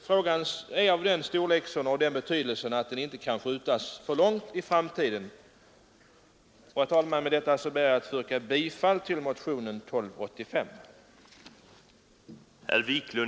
Frågan är av sådan betydelse att den inte kan skjutas alltför långt i framtiden. Herr talman! Med detta ber jag att få yrka bifall till motionen 1285.